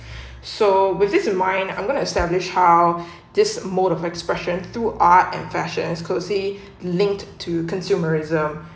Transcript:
so with this in mind I'm going to establish how this mode of expression to art and fashion is closely linked to consumerism